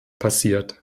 passiert